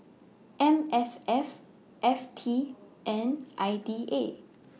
M S F F T and I D A